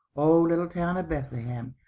oh, little town of bethlehem,